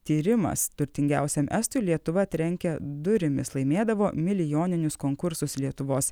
tyrimas turtingiausiam estui lietuva trenkia durimis laimėdavo milijoninius konkursus lietuvos